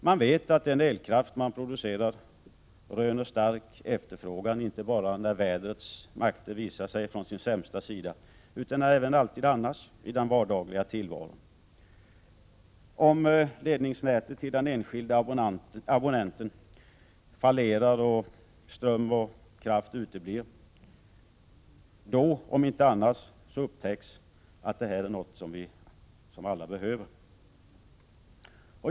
Man vet att den elkraft man producerar röner stark efterfrågan, inte bara när vädrets makter visar sig från sin sämsta sida, utan även alltid annars i den vardagliga tillvaron. Om ledningsnätet till den enskilde abonnenten fallerar och ström och kraft uteblir, då om inte annars upptäcks att elenergi är något som alla behöver.